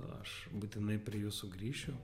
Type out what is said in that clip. aš būtinai prie jų sugrįšiu